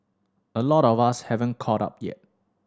a lot of us haven't caught up yet